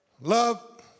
Love